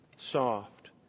Soft